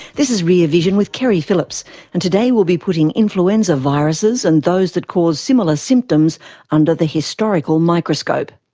this is rear vision with keri phillips and today we'll be putting influenza viruses and those that cause similar symptoms under the historical microscope.